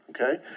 Okay